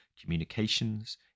communications